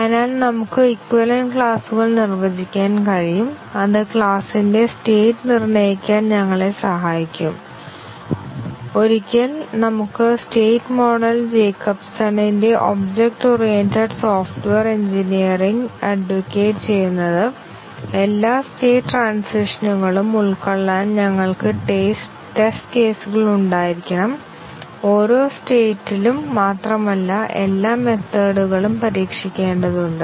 അതിനാൽ നമുക്ക് ഇക്വലെനറ്റ് ക്ലാസുകൾ നിർവ്വചിക്കാൻ കഴിയും അത് ക്ലാസിന്റെ സ്റ്റേറ്റ് നിർണ്ണയിക്കാൻ ഞങ്ങളെ സഹായിക്കും ഒരിക്കൽ നമുക്ക് സ്റ്റേറ്റ് മോഡൽ ജേക്കബ്സണിന്റെ object oriented software engineering Jacobson's object oriented software engineering advocate ചെയ്യുന്നത് എല്ലാ സ്റ്റേറ്റ് ട്രാൻസിഷനുകളും ഉൾക്കൊള്ളാൻ ഞങ്ങൾക്ക് ടെസ്റ്റ് കേസുകൾ ഉണ്ടായിരിക്കണം ഓരോ സ്റ്റേറ്റ് യിലും മാത്രമല്ല എല്ലാ മെത്തേഡ്കളും പരീക്ഷിക്കേണ്ടതുണ്ട്